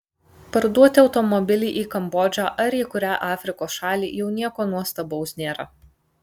parduoti automobilį į kambodžą ar į kurią afrikos šalį jau nieko nuostabaus nėra